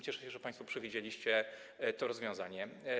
Cieszę się, że państwo przewidzieliście to rozwiązanie.